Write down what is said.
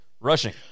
Rushing